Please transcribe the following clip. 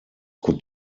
could